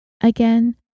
Again